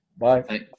Bye